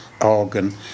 organ